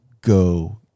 go